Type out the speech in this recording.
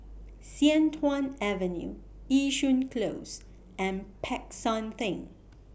Sian Tuan Avenue Yishun Close and Peck San Theng